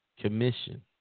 Commission